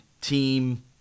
team